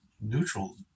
neutral